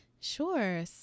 Sure